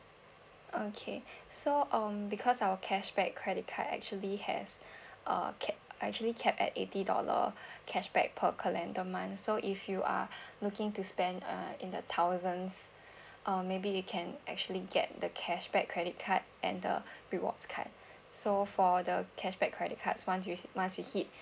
okay so um because our cashback credit card actually has uh cap actually cap at eighty dollar cashback per calendar month so if you are looking to spend uh in the thousands um maybe you can actually get the cashback credit card and the rewards card so for the cashback credit card once you once you hit